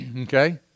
Okay